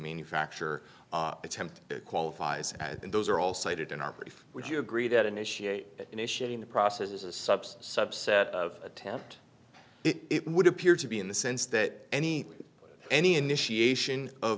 manufacture attempt qualifies and those are all cited in our brief would you agree that initiate initiating the process is a subset subset of attempt it would appear to be in the sense that any any initiation of